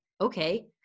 Okay